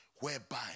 whereby